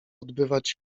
odbywać